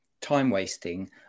time-wasting